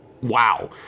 wow